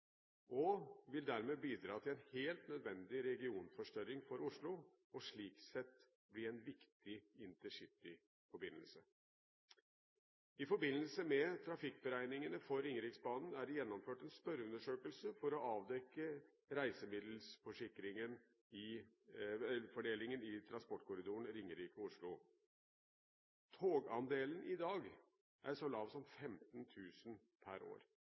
de vil dermed bidra til en helt nødvendig regionforstørring for Oslo og slik sett bli en viktig intercityforbindelse. I forbindelse med trafikkberegningene for Ringeriksbanen er det gjennomført en spørreundersøkelse for å avdekke reisemiddelfordelingen i transportkorridoren Ringerike–Oslo. Togandelen i dag er så lav som 15 000 per år,